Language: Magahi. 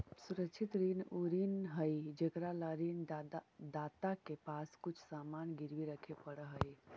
सुरक्षित ऋण उ ऋण हइ जेकरा ला ऋण दाता के पास कुछ सामान गिरवी रखे पड़ऽ हइ